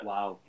Wow